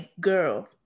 girl